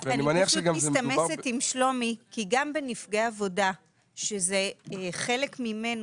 אני מסתמסת עם שלומי כי גם בנפגעי עבודה שזה חלק ממנו,